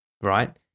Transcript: right